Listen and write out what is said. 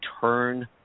turn